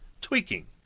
tweaking